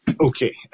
Okay